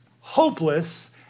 hopeless